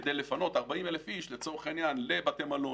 וכדי לפנות 40,000 איש לבתי מלון,